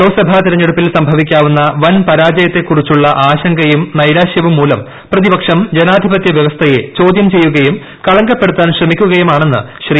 ലോകസഭാ തിരഞ്ഞെടുപ്പിൽ സംഭവിക്കാവുന്ന വൻ പരാജയത്തെക്കുറിച്ചുള്ള ആശങ്കയും നൈരാശ്യവും മൂലം പ്രതിപക്ഷം ജനാധിപത്യ വ്യവസ്ഥയെ ചോദ്യം ചെയ്യുകയും കളങ്കപ്പെടുത്താൻ ശ്രമിക്കുകയുമാണെന്ന് ശ്രീ